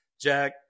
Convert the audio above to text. Jack